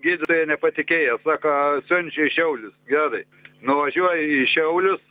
gydytoja nepatikėjo sako siunčia į šiaulius gerai nuvažiuoji į šiaulius